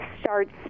starts